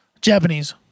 japanese